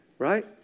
Right